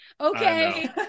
okay